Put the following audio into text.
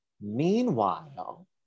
Meanwhile